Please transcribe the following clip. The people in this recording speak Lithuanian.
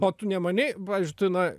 o tu nemanei pavyzdžiui tu na